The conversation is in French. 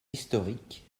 historiques